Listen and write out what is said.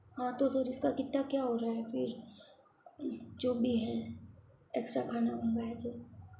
हाँ तो सर इसका कितना क्या हो रहा है फिर जो भी है एक्स्ट्रा खाना मंगवाया जो